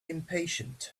impatient